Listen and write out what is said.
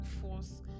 force